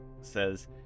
says